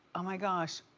oh my gosh.